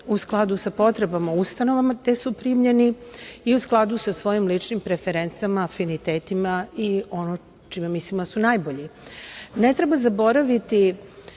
u skladu sa potrebama ustanova gde su primljeni i u skladu sa svojim ličnim preferencama, afinitetima i onim u čemu mislimo da su najbolji. Ne treba zaboraviti